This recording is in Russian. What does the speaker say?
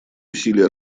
усилий